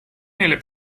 nelle